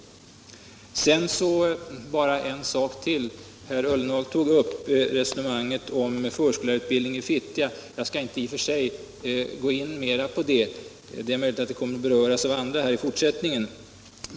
Sedan bara en sak till. Herr Ullenhag tog upp resonemanget om förskollärarutbildning i Fittja. Jag skall inte i och för sig gå in mera på det — det är möjligt att det kommer att beröras av andra i fortsättningen.